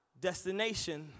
Destination